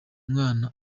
mwana